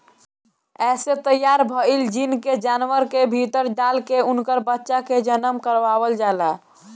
एसे तैयार भईल जीन के जानवर के भीतर डाल के उनकर बच्चा के जनम करवावल जाला